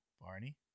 Barney